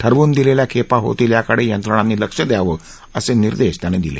ठरवून दिलेल्या खेपा होतील याकडे यंत्रणांनी लक्ष द्यावं असे निर्देश त्यांनी दिले